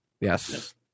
Yes